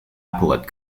appellate